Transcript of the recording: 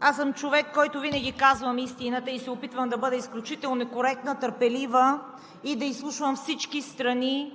Аз съм човек, който винаги казва истината, и се опитвам да бъда изключително коректна, търпелива и да изслушвам всички страни